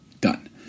done